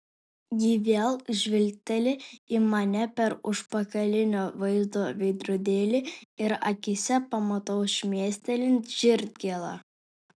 ji vėl žvilgteli į mane per užpakalinio vaizdo veidrodėlį ir akyse pamatau šmėstelint širdgėlą